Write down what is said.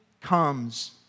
comes